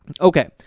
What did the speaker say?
okay